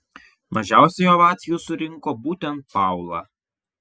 mažiausiai ovacijų surinko būtent paula